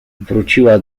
wróciła